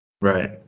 Right